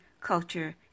culture